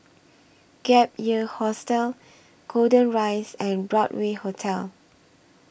Gap Year Hostel Golden Rise and Broadway Hotel